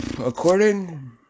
according